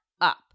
up